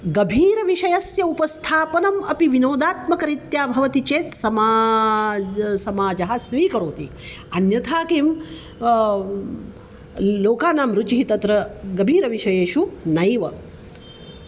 गभीरविषयस्य उपस्थापनम् अपि विनोदात्मकरीत्या भवति चेत् समाजः समाजः स्वीकरोति अन्यथा किं लोकानां रुचिः तत्र गभीरविषयेषु नैव